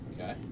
Okay